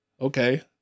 Okay